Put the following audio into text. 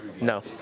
No